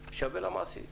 זה שווה למעסיק.